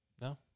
No